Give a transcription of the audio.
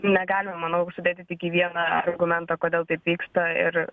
negalima manau sudėti tik į vieną argumentą kodėl taip vyksta ir